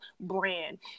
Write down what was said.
brand